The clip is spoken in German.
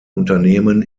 unternehmen